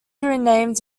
renamed